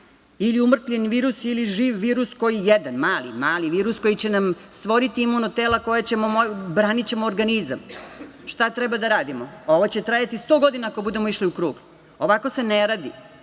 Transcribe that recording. Ili umrtvljeni virus ili živ virus, mali virus koji će nam stvoriti imuno tela kojim ćemo braniti organizam. Šta treba da radimo? Ovo će trajati sto godina ako budemo išli u krug. Ovako se ne radi. Zato